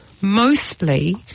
mostly